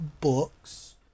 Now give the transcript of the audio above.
books